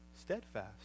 Steadfast